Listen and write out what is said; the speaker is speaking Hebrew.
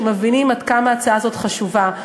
שמבינים עד כמה ההצעה הזאת חשובה.